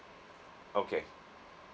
okay